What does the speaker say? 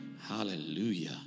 Hallelujah